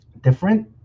different